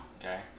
Okay